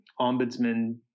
ombudsman